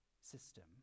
system